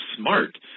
smart